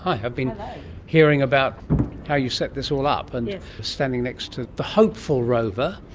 i've been hearing about how you set this all up, and standing next to the hopeful rover.